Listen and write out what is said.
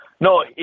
no